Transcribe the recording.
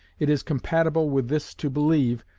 it is compatible with this to believe,